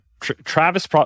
Travis